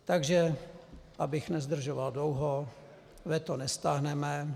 Takže abych nezdržoval dlouho, veto nestáhneme.